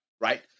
right